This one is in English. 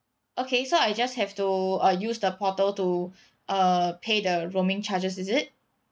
okay so I just have to uh use the portal to uh pay the roaming charges is it